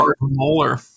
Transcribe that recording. molar